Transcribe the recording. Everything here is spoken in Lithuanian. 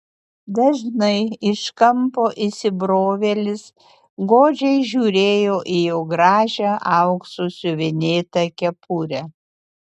dažnai iš kampo įsibrovėlis godžiai žiūrėjo į jo gražią auksu siuvinėtą kepurę